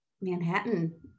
Manhattan